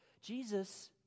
Jesus